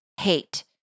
hate